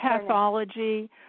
pathology